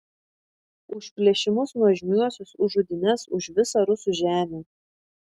už plėšimus nuožmiuosius už žudynes už visą rusų žemę